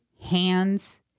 hands